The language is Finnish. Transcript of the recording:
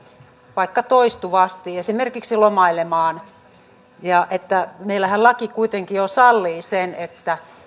vaikka toistuvasti esimerkiksi lomailemaan meillähän laki kuitenkin jo sallii sen että